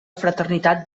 fraternitat